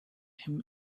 him